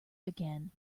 again